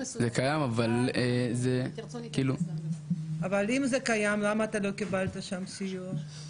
אבל זה --- אבל אם זה קיים למה אתה לא קיבלת שם סיוע?